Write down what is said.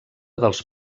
dels